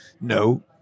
No